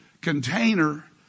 container